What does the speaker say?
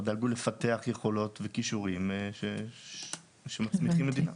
לא דאגו לפתח יכולות וכישורים שמצמיחים מדינה.